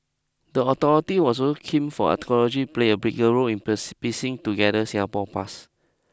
the authority was looking for archaeology play a bigger role in purse piecing together Singapore's past